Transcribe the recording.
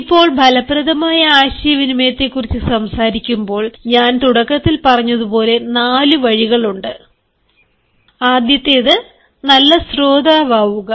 ഇപ്പോൾ ഫലപ്രദമായ ആശയവിനിമയത്തെക്കുറിച്ച് സംസാരിക്കുമ്പോൾ ഞാൻ തുടക്കത്തിൽ പറഞ്ഞതുപോലെ 4 വഴികളുണ്ട് ആദ്യത്തേത് നല്ല ശ്രോതാവ് ആകുക